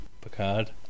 Picard